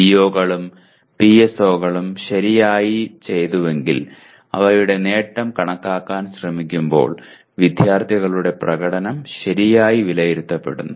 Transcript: പിഒകളും പിഎസ്ഒകളും ശരിയായി ചെയ്തുവെങ്കിൽ അവയുടെ നേട്ടം കണക്കാക്കാൻ ശ്രമിക്കുമ്പോൾ വിദ്യാർത്ഥികളുടെ പ്രകടനം ശരിയായി വിലയിരുത്തപ്പെടുന്നു